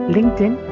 LinkedIn